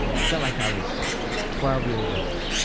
i felt like i was twelve years old